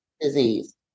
disease